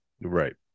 Right